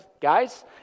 guys